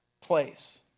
place